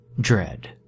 Dread